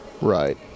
Right